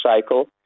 cycle